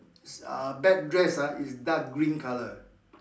uh back rest ah is dark green colour